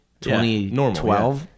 2012